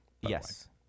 Yes